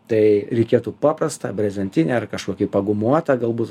tai reikėtų paprastą brezentinį ar kažkokį pagumuotą galbūt